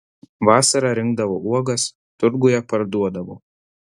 vasarą rinkdavau uogas turguje parduodavau